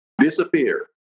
disappear